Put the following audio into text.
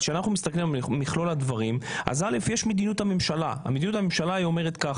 מדיניות הממשלה אומרת,